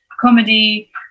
comedy